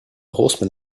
horseman